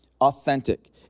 authentic